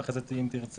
ואחרי זה אם תרצה,